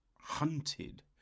*Hunted*